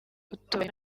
utubari